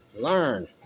Learn